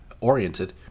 oriented